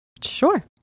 Sure